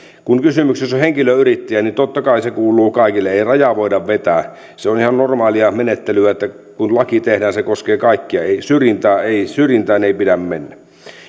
kun kysymyksessä on henkilöyrittäjä niin totta kai se kuuluu kaikille ei rajaa voida vetää se on ihan normaalia menettelyä että kun laki tehdään se koskee kaikkia syrjintään ei syrjintään ei pidä mennä